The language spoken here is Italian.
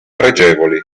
pregevoli